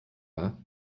wahr